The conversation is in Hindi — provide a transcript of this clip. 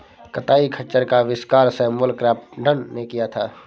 कताई खच्चर का आविष्कार सैमुअल क्रॉम्पटन ने किया था